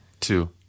two